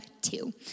two